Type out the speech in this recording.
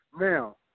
Now